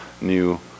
new